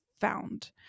found